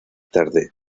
tarde